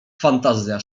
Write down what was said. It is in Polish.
fantazja